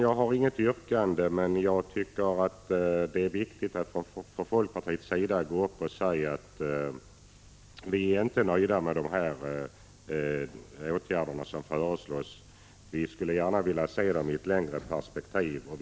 Jag har inget yrkande, men jag tycker att det är viktigt att någon från folkpartiets sida går upp och säger att vi inte är nöjda med de åtgärder som föreslås. Vi skulle gärna vilja se att de utsträcktes längre i tiden.